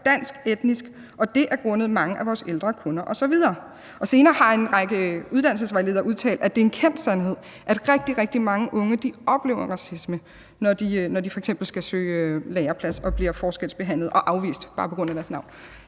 dansk etnisk og det er grundet mange af vores ældre kunder osv.« Senere har en række uddannelsesvejledere udtalt, at det er en kendt sandhed, at rigtig, rigtig mange unge oplever racisme, når de f.eks. skal søge læreplads, og bliver forskelsbehandlet og afvist bare på grund af deres navn.